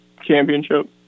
championship